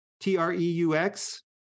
T-R-E-U-X